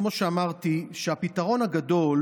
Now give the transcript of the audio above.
כמו שאמרתי, שהפתרון הגדול